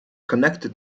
connected